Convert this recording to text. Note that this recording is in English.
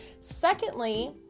Secondly